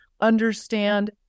understand